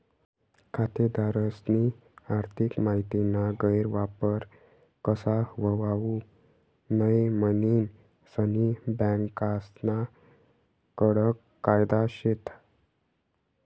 खातेदारस्नी आर्थिक माहितीना गैरवापर कशा व्हवावू नै म्हनीन सनी बँकास्ना कडक कायदा शेत